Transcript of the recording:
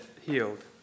healed